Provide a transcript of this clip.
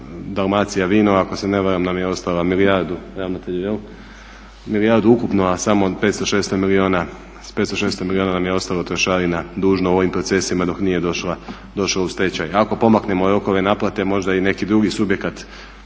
Dalmacija vino ako se ne varam nam je ostala milijardu, ravnatelju jel, milijardu ukupno, a samo 500-600 milijuna nam je ostalo trošarina dužno u ovim procesima dok nije došao u stečaj. Ako pomaknemo rokove naplate možda i neki drugi subjekat,